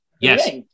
Yes